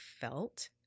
felt